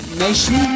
nation